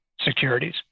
securities